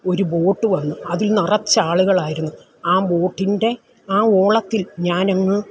ഒരു ബോട്ട് വന്ന് അതിൽ നിറച്ചാളുകളായിരുന്നു ആ ബോട്ടിൻ്റെ ആ ഓളത്തിൽ ഞാനങ്ങ്